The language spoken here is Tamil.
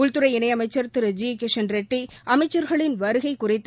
உள்துறை இணையமைச்சர் திரு ஜி கிஷன்ரெட்டி அமைச்சர்களின் வருகைகுறித்து